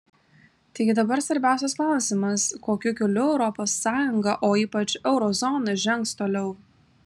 taigi dabar svarbiausias klausimas kokiu keliu europos sąjunga o ypač euro zona žengs toliau